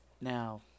Now